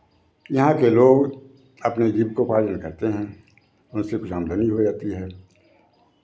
यहाँ के लोग अपने जीविकोपार्जन करते हैं उनसे कुछ आमदनी हो जाती है